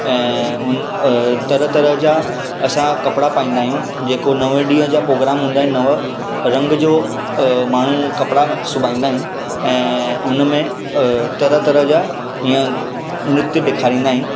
ऐं उन तरह तरह जा असां कपिड़ा पाईंदा आहियूं जेको नव ॾींहं जा पॉग्राम हूंदा आहिनि नव रंगु जो माण्हू कपिड़ा सुबाईंदा आहिनि ऐं उन में तरह तरह जा इएं नृत्य ॾेखारींदा आहिनि